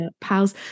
pals